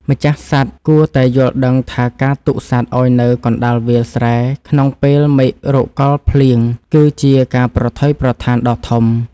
ម្ចាស់សត្វគួរតែយល់ដឹងថាការទុកសត្វឱ្យនៅកណ្តាលវាលស្រែក្នុងពេលមេឃរកកល់ភ្លៀងគឺជាការប្រថុយប្រថានដ៏ធំ។